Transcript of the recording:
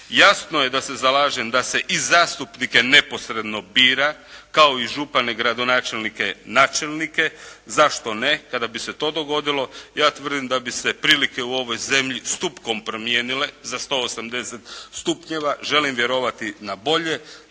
Jasno je da se zalažem da se i zastupnike neposredno bira kao i župane, gradonačelnike, načelnike. Zašto ne? Kada bi se to dogodilo ja tvrdim da bi se prilike u ovoj zemlji stupkom promijenile, za 180 stupnjeva želim vjerovati na bolje